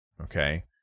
okay